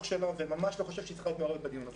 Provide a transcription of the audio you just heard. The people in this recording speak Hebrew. שלה וממש לא חושב שהיא צריכה להיות מעורבת בדיון הזה.